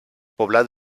poblat